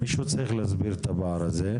מישהו צריך להסביר את הפער הזה.